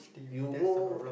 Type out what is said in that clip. you go